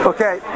Okay